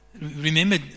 Remember